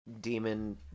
demon